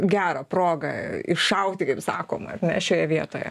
gerą progą iššauti kaip sakoma šioje vietoje